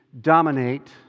dominate